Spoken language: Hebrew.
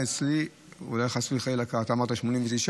88, אצלי, אולי, חס וחלילה, אתה אמרת 89,